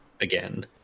again